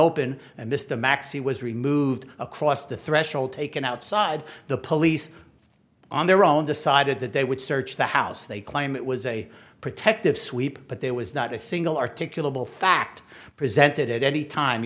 open and this the maxi was removed across the threshold taken outside the police on their own decided that they would search the house they claim it was a protective sweep but there was not a single articulable fact presented at any time